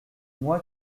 moi